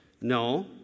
No